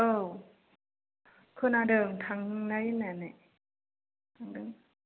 औ खोनादों थांनाय होन्नानै